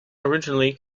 originally